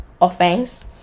offense